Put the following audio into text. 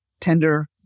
tender